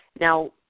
Now